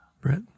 Brett